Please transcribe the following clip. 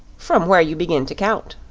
from where you begin to count.